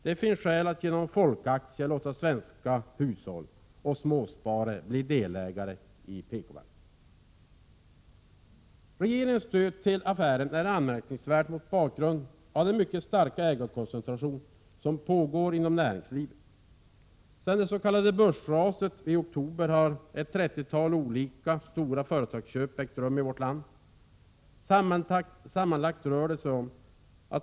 Det finns skäl att genom folkaktier låta svenska hushåll och småsparare bli delägare i PKbanken. Regeringens stöd till affären är anmärkningsvärd, mot bakgrund av den mycket starka ägarkoncentration som pågår inom näringslivet. Sedan det s.k. börsraset i oktober har ett trettiotal olika stora företagsköp ägt rum i vårt land.